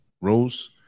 Rose